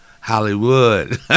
Hollywood